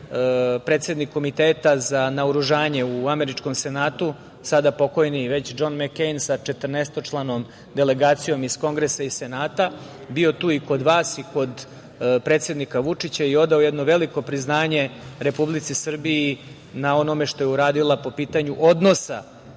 predsednik Komiteta za naoružanje u američkom Senatu, sada pokojni Džon Mekejn sa četrnaestočlanom delegacijom iz Kongresa i Senata, bio tu i kod vas, kod predsednika Vučića i odao jedno veliko priznanje Republici Srbiji na onome što je uradila po pitanju odnosa